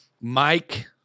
Mike